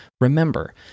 Remember